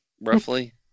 roughly